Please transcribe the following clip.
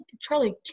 Charlie